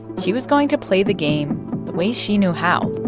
she was going to play the game the way she knew how,